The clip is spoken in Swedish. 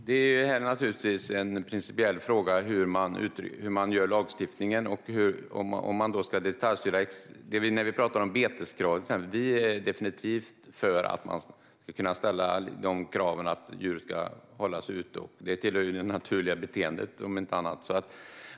Herr talman! Det är naturligtvis en principiell fråga hur man utformar lagstiftningen och om man ska detaljstyra. När det till exempel gäller beteskravet är vi definitivt för att man ska kunna ställa kravet att djur ska hållas ute. Detta tillhör det naturliga beteendet, om inte annat.